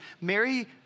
Mary